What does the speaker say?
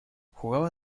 jugaba